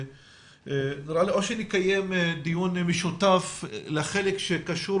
נראה לי שאו שנקיים דיון משותף לחלק שקשור